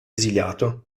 esiliato